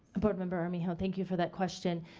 board member armijo, thank you for that question.